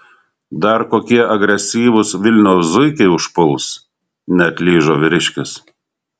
dar kokie agresyvūs vilniaus zuikiai užpuls neatlyžo vyriškis